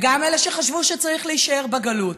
וגם אלה שחשבו שצריך להישאר בגלות,